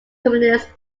communist